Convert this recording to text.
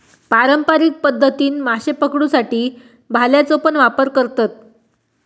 पारंपारिक पध्दतीन माशे पकडुसाठी भाल्याचो पण वापर करतत